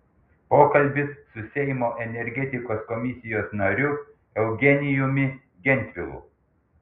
pokalbis su seimo energetikos komisijos nariu eugenijumi gentvilu